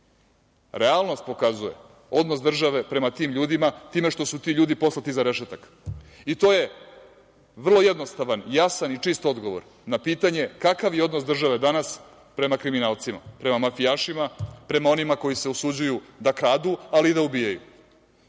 Realnost pokazuje odnos države prema tim ljudima time što su ti ljudi poslati iza rešetaka. To je vrlo jednostavan, jasan i čist odgovor na pitanje kakav je odnos države danas prema kriminalcima, prema mafijašima, prema onima koji se usuđuju da kradu, ali i da ubijaju. Setite